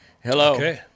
hello